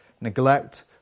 neglect